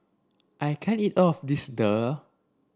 I can't eat all of this Daal